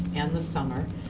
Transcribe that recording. and the summer,